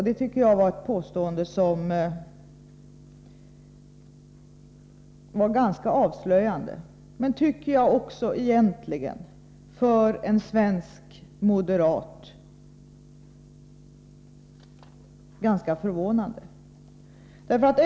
Det tycker jag var ett påstående som var ganska avslöjande men också, tycker jag, egentligen ganska förvånande för att komma från en svensk moderat.